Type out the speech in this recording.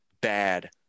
bad